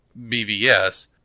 BVS